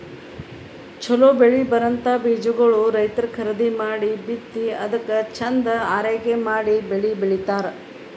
ಛಲೋ ಬೆಳಿ ಬರಂಥ ಬೀಜಾಗೋಳ್ ರೈತರ್ ಖರೀದಿ ಮಾಡಿ ಬಿತ್ತಿ ಅದ್ಕ ಚಂದ್ ಆರೈಕೆ ಮಾಡಿ ಬೆಳಿ ಬೆಳಿತಾರ್